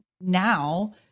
now